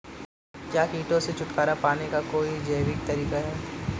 क्या कीटों से छुटकारा पाने का कोई जैविक तरीका है?